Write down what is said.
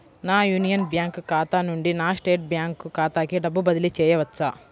నా Union Bank ఖాతా నుండి నా స్టేట్ బ్యాంకు ఖాతాకి డబ్బు బదిలి చేయవచ్చా?